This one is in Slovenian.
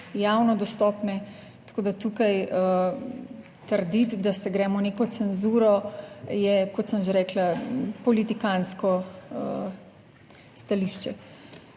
javno dostopne, tako da tukaj trditi, da se gremo neko cenzuro, je, kot sem že rekla, politikantsko stališče.